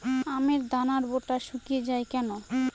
আমের দানার বোঁটা শুকিয়ে য়ায় কেন?